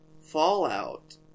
Fallout